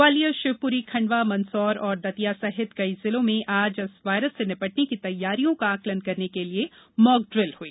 ग्वालियर शिवपुरी खंडवामंदसौर और दतिया सहित कई जिलों में आज इस वायरस से निपटने की तैयारियों का आकंलन करने के लिए मॉकड़िल हुई